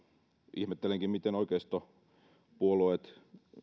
ihmettelenkin miten oikeistopuolueet